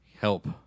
help